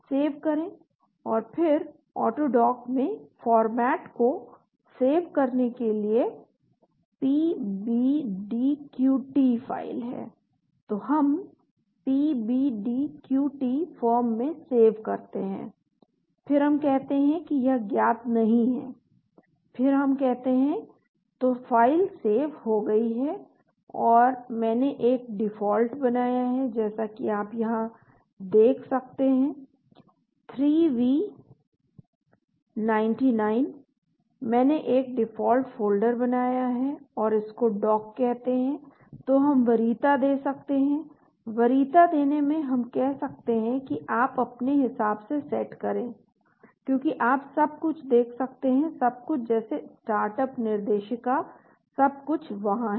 save करें और फिर ऑटोडॉक में फॉर्मेट को सेव करने के लिए PBDQT फाइल है तो हम PBDQT फॉर्म में सेव करते हैं फिर हम कहते हैं कि यह ज्ञात नहीं है फिर हम कहते हैं तो फाइल सेव हो गई है और मैंने एक डिफॉल्ट बनाया है जैसा कि आप यहाँ देख सकते हैं 3v99 मैंने एक डिफ़ॉल्ट फ़ोल्डर बनाया है और इसको डॉक कहते हैं तो हम वरीयता दे सकते हैं वरीयता देने में हम कह सकते हैं कि आप अपने हिसाब से सेट करें क्योंकि आप सब कुछ देख सकते हैं सब कुछ जैसे स्टार्टअप निर्देशिका सब कुछ वहां है